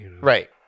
Right